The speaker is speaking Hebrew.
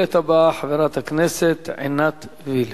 השואלת הבאה, חברת הכנסת עינת וילף.